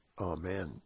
Amen